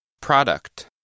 Product